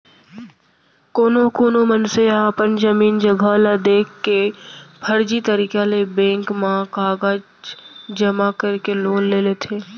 कोनो कोना मनसे ह अपन जमीन जघा ल देखा के फरजी तरीका ले बेंक म कागज जमा करके लोन ले लेथे